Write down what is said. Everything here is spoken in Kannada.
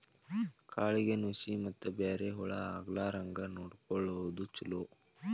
ಕಾಳಿಗೆ ನುಶಿ ಮತ್ತ ಬ್ಯಾರೆ ಹುಳಾ ಆಗ್ಲಾರಂಗ ನೊಡಕೊಳುದು ಚುಲೊ